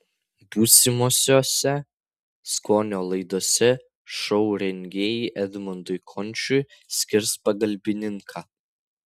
būsimosiose skonio laidose šou rengėjai edmundui končiui skirs pagalbininką